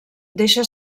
deixa